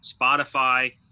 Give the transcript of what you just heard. Spotify